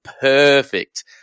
Perfect